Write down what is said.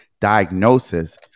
diagnosis